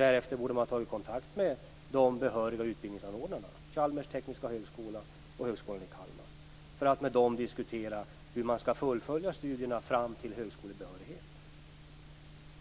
Därefter borde man ha tagit kontakt med de behöriga utbildningsanordnarna, Chalmers tekniska högskola AB och Högskolan i Kalmar för att diskutera hur studierna skall leda fram till högskolebehörighet.